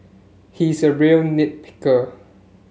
he is a real nit picker